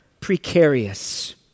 precarious